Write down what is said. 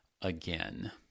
again